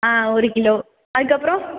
ஆ ஒரு கிலோ அதற்கப்றோம்